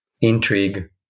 intrigue